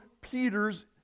Peter's